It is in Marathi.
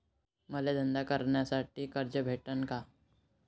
मले धंदा करासाठी कर्ज कस भेटन?